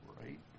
Right